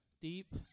deep